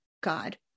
God